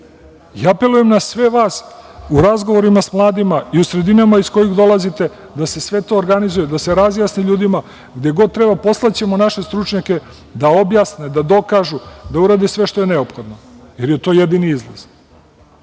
na sve vas, u razgovorima sa mladima i u sredinama iz kojih dolazite da se sve to organizuje, da se razjasni ljudima. Gde god treba poslaćemo naše stručnjake da objasne, da dokažu, da urade sve što je neophodno, jer je to jedini izlaz. Ovo